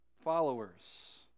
followers